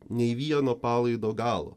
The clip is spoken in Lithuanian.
nei vieno palaido galo